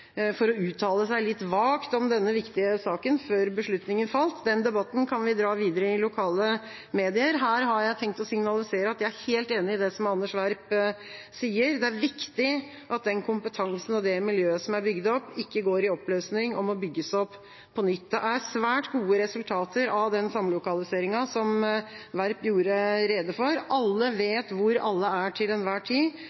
for å uttale seg litt vagt om denne viktige saken før beslutninga falt. Den debatten kan vi ta videre i lokale medier. Her har jeg tenkt å signalisere at jeg er helt enig i det Anders B. Werp sier. Det er viktig at den kompetansen og det miljøet som er bygd opp, ikke går i oppløsning og må bygges opp på nytt. Det er svært gode resultater av den samlokaliseringa, som Werp gjorde rede for. Alle vet hvor alle er til enhver tid,